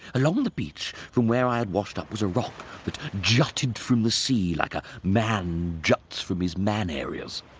along the beach from where i had washed up was a rock that jutted from the sea like a man juts from his man areas.